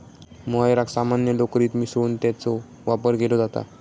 मोहायराक सामान्य लोकरीत मिसळून त्याचो वापर केलो जाता